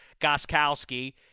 Goskowski